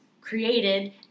created